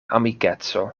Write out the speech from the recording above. amikeco